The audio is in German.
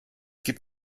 gibt